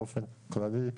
באופן כללי,